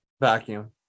Vacuum